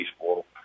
baseball